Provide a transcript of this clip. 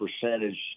percentage